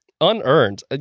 unearned